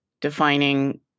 defining